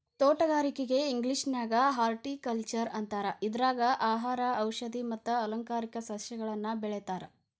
ತೋಟಗಾರಿಕೆಗೆ ಇಂಗ್ಲೇಷನ್ಯಾಗ ಹಾರ್ಟಿಕಲ್ಟ್ನರ್ ಅಂತಾರ, ಇದ್ರಾಗ ಆಹಾರ, ಔಷದಿ ಮತ್ತ ಅಲಂಕಾರಿಕ ಸಸಿಗಳನ್ನ ಬೆಳೇತಾರ